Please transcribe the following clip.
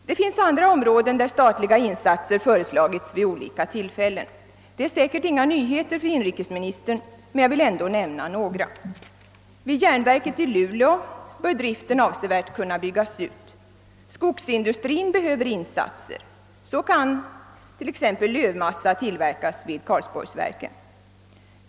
Det finns andra områden där statliga insatser föreslagits vid olika tillfällen; detta är säkert inga nyheter för inrikes Ministern, men jag vill ändå nämna några sådana områden. Vid järnverket i Luleå bör driften avsevärt kunna byggas ut. Skogsindustrin behöver insatser. Så kan t.ex. lövmassa tillverkas vid Karlsborgsverken.